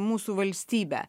mūsų valstybę